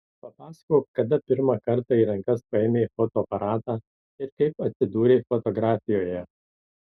papasakok kada pirmą kartą į rankas paėmei fotoaparatą ir kaip atsidūrei fotografijoje